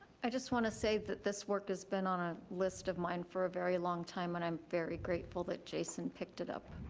i just wanna say that this work has been on a list of mine for a very long time, and i'm very grateful that jason picked it up.